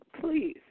please